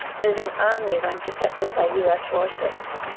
moving only when protected by us warships.